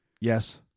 Yes